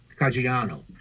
Caggiano